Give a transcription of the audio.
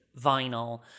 vinyl